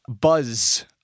buzz